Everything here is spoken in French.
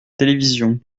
télévision